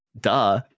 Duh